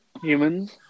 humans